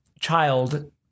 child